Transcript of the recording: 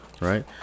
Right